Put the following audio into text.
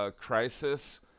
Crisis